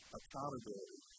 accountability